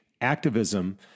activism